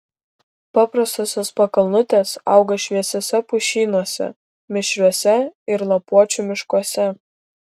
paprastosios pakalnutės auga šviesiuose pušynuose mišriuose ir lapuočių miškuose